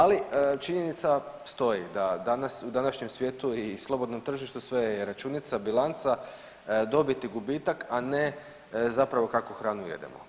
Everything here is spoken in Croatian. Ali, činjenica stoji da danas, u današnjem svijetu i slobodnom tržištu sve je računica, bilanca, dobit i gubitak, a ne zapravo kakvu hranu jedemo.